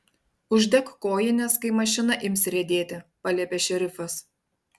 uždek kojines kai mašina ims riedėti paliepė šerifas